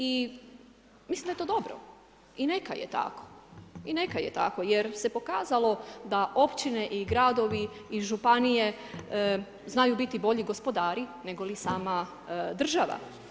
I mislim da je to dobro i neka je tako, i neka je tako jer se pokazalo da općine i gradovi i županije znaju biti bolji gospodari nego li sama država.